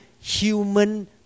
human